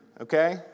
okay